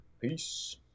Peace